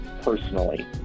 personally